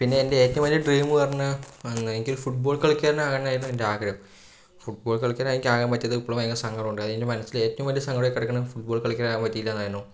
പിന്നെ എൻറെ എറ്റവും വലിയ ഡ്രീമ് പറഞ്ഞാൽ എനിക്കൊരു ഫുട്ബോൾ കളിക്കാരനാകണമെന്നായിരുന്നു എന്റാഗ്രഹം ഫുട്ബോൾ കളിക്കാരനെനിക്കാകാൻ പറ്റാത്തത് ഇപ്പോഴും ഭയങ്കര സങ്കടമുണ്ട് അതെൻറ്റെ മനസ്സിലെ ഏറ്റവും വലിയ സങ്കടമായി കിടക്കണ ഫുട്ബോൾ കളിക്കാൻ പറ്റിയില്ല എന്നായിരുന്നു